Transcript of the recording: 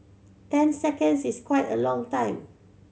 ten seconds is quite a long time